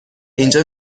اینجا